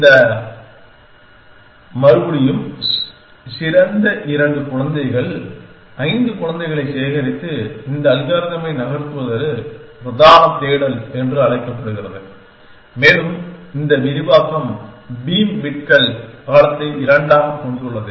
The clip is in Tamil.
இந்த மறுபடியும் சிறந்த இரண்டு குழந்தைகள் ஐந்து குழந்தைகளைச் சேகரித்து இந்த அல்காரிதமை நகர்த்துவது பிரதான தேடல் என்று அழைக்கப்படுகிறது மேலும் இந்த விரிவாக்கம் பீம் பிட்கள் அகலத்தை 2 ஆகக் கொண்டுள்ளது